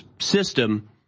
system